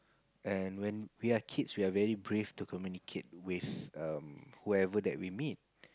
and when we are kids we are very brave to communicate with um whoever that we meet